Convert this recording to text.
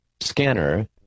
scanner